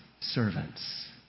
servants